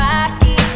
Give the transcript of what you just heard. Rocky